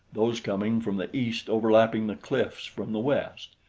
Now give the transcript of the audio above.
those coming from the east overlapping the cliffs from the west.